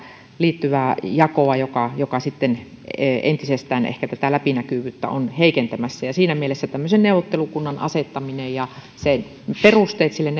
liittyvää jakoa joka joka sitten entisestään ehkä tätä läpinäkyvyyttä on heikentämässä siinä mielessä tämmöisen neuvottelukunnan asettamisen ja perusteiden sille